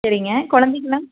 சரிங்க குழந்தைங்கெல்லாம்